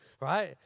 right